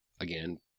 again